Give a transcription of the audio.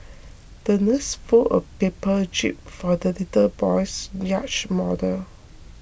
the nurse folded a paper jib for the little boy's yacht model